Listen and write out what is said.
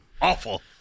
awful